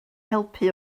helpu